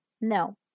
No